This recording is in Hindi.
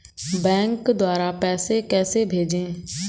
बैंक द्वारा पैसे कैसे भेजें?